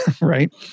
right